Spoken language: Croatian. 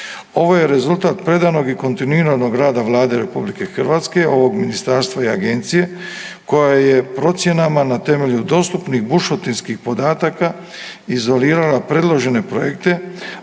Ovo je rezultata predanog i kontinuiranog rada Vlade RH, ovog Ministarstva i Agencije, koja je procjenama na temelju dostupnih bušotinskih podataka izolirala predložene projekte,